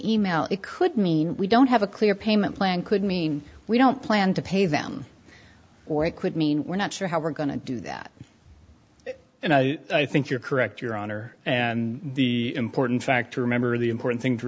e mail it could mean we don't have a clear payment plan could mean we don't plan to pay them or it could mean we're not sure how we're going to do that and i think you're correct your honor and the important fact to remember the important thing to